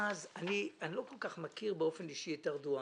אני לא כל כך מכיר באופן אישי את ארדואן,